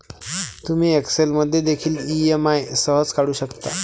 तुम्ही एक्सेल मध्ये देखील ई.एम.आई सहज काढू शकता